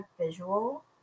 visual